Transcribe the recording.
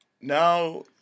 now